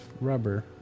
rubber